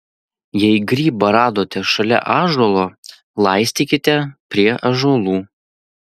jei grybą radote šalia ąžuolo laistykite prie ąžuolų